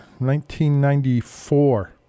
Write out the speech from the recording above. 1994